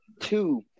two